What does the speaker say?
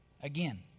Again